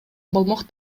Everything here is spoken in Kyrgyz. болмок